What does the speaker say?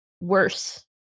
Worse